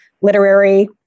literary